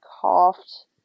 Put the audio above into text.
coughed